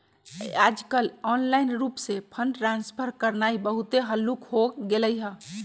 याजकाल ऑनलाइन रूप से फंड ट्रांसफर करनाइ बहुते हल्लुक् हो गेलइ ह